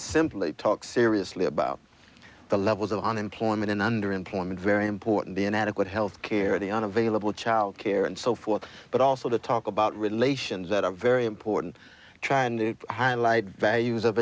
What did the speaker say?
simply talk seriously about the levels of unemployment and underemployment very important the inadequate health care the unavailable child care and so forth but also to talk about relations that are very important trying to highlight values of